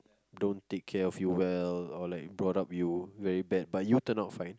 don't take care of you well or like brought up you very bad but you turn out fine